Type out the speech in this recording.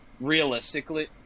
Realistically